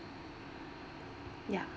ya